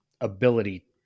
ability